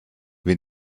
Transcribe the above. wir